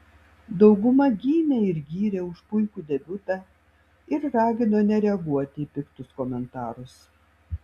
dauguma gynė ir gyrė už puikų debiutą ir ragino nereaguoti į piktus komentarus